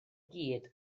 gyd